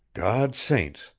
god's saints,